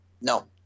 no